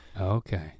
Okay